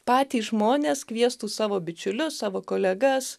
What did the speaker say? patys žmonės kviestų savo bičiulius savo kolegas